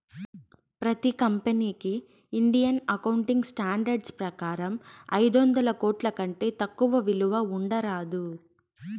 ప్రతి కంపెనీకి Indian accounting standards ప్రకారం ఐదొందల కోట్ల కంటే తక్కువ విలువ ఉండరాదు